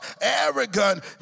arrogant